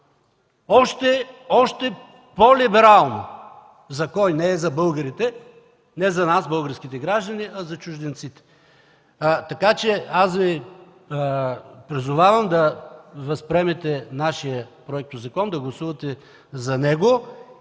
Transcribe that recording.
още по-либерално. За кого? Не и за българите. Не за нас, българските граждани, а за чужденците, така че аз Ви призовавам да възприемете нашия законопроект, да гласувате за него и да